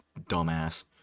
dumbass